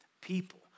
people